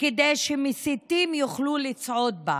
כדי שמסיתים יוכלו לצעוד בה.